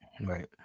Right